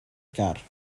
car